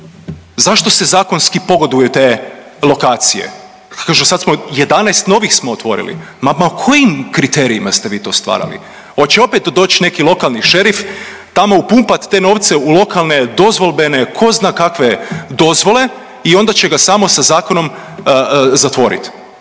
Zašto se zakonski pogoduje te lokacije? Kaže sad smo 11 novih smo otvorili. Ma kojim kriterijima ste vi to stvarali. Hoće opet doći neki lokalni šerif tamo upumpat te novce u lokalne dozvolbene tko zna kakve dozvole i onda će ga samo sa zakonom zatvoriti.